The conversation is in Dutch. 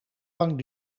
lang